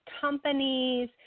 companies